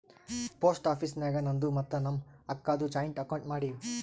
post office ನಾಗ್ ನಂದು ಮತ್ತ ನಮ್ ಅಕ್ಕಾದು ಜಾಯಿಂಟ್ ಅಕೌಂಟ್ ಮಾಡಿವ್